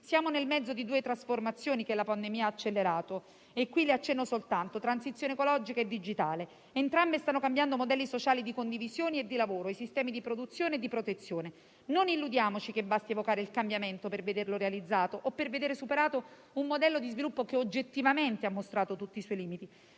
Siamo nel mezzo di due trasformazioni che la pandemia ha accelerato e che qui mi limito ad accennare: transizione ecologica e digitale. Entrambe stanno cambiando modelli sociali di condivisioni e di lavoro, nonché sistemi di produzione e protezione. Non illudiamoci che basti evocare il cambiamento per vederlo realizzato o per vedere superato un modello di sviluppo che oggettivamente ha mostrato tutti i suoi limiti.